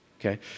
okay